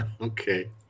Okay